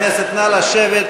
לשבת,